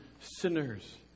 sinners